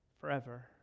Forever